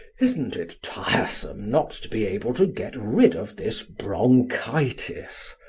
isn't it tiresome not to be able to get rid of this bronchitis?